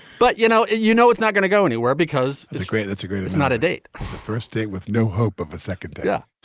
but you know, you know, it's not going to go anywhere because it's great. that's a great it's not a date. the first date with no hope of a second date. yeah